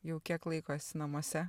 jau kiek laiko esi namuose